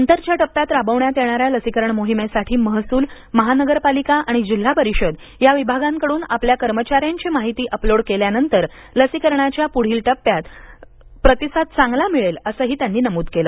नंतरच्या टप्प्यात राबविण्यात येणाऱ्या लसीकरण मोहिमेसाठी महसूल महानगरपालिका आणि जिल्हा परिषद या विभागांकडून आपल्या कर्मचाऱ्यांची माहिती अपलोड केल्यानंतर लसीकरणाच्या प्ढील टप्प्यात सुद्धा प्रतिसाद चांगला मिळेल असंही त्यांनी नमूद केलं